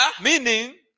Meaning